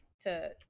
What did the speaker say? to-